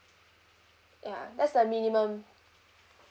ya that's the minimum